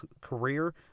career